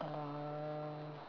uh